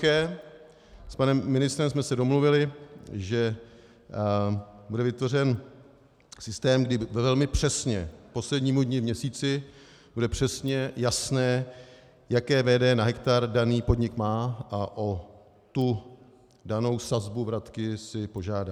S panem ministrem jsme se domluvili, že bude vytvořen systém, kdy velmi přesně k poslednímu dni v měsíci bude přesně jasné, jaké VD na hektar daný podnik má, a o danou sazbu vratky si požádá.